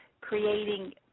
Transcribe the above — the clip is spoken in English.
creating